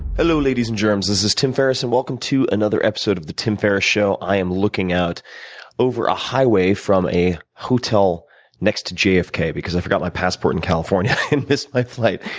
hello, ladies and germs, this is tim ferriss, and welcome to another episode of the tim ferriss show. i am looking out over a highway from a hotel next to jfk because i forgot my passport in california and missed my flight.